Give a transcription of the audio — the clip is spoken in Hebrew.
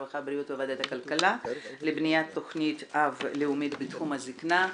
הרווחה והבריאות וועדת הכלכלה לבניית תכנית אב לאומית בתחום הזקנה.